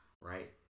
Right